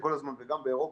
וגם באירופה,